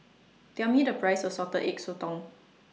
Tell Me The Price of Salted Egg Sotong